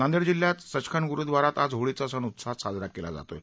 नांदेड जिल्ह्यात सचखंड ग्रूद्वारात आज होळीचा सण उत्साहात साजरा केला जात आहे